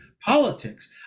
politics